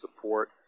support